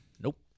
Nope